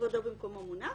כבודו במקומו מונח,